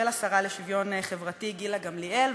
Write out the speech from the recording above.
ולשרה לשוויון חברתי גילה גמליאל,